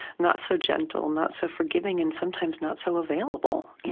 not so gentle, not so forgiving, and sometimes, not so available.